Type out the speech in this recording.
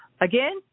again